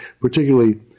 particularly